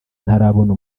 ntarabona